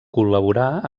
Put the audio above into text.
col·laborà